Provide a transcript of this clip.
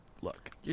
Look